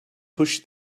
pushed